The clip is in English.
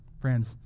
Friends